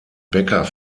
becker